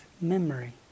memory